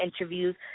interviews